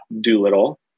Doolittle